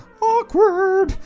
Awkward